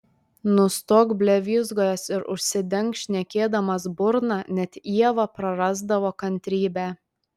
nustok blevyzgojęs ir užsidenk šnekėdamas burną net ieva prarasdavo kantrybę